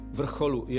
vrcholu